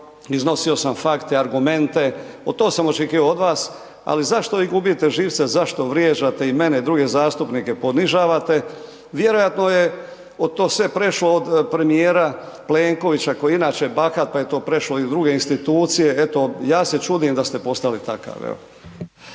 iznosio sam fakte, argumente, to sam očekivao i od vas. Ali zašto vi gubite živce, zašto vrijeđate i mene i druge zastupnike ponižavate? Vjerojatno je to sve prešlo od premijera Plenkovića koji je inače bahat pa je to prešlo i u druge institucije, eto ja se čudim da ste postali takav.